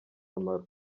umumaro